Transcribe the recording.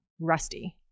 Rusty